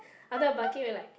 other bucket we're like